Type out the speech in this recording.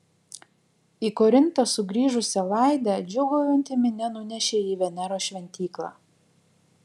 į korintą sugrįžusią laidę džiūgaujanti minia nunešė į veneros šventyklą